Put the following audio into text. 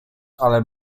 ale